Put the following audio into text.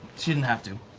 she didn't have to,